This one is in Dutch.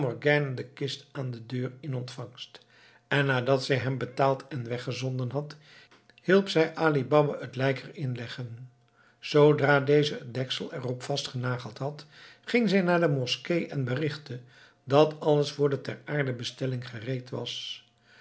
de kist aan de deur in ontvangst en nadat zij hem betaald en weggezonden had hielp zij ali baba het lijk er in leggen zoodra deze het deksel er op vast genageld had ging zij naar de moskee en berichtte dat alles voor de teraardebestelling gereed was